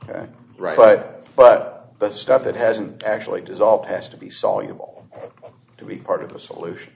right but but but stuff that hasn't actually dissolved has to be soluble to be part of the solution